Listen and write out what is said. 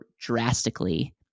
drastically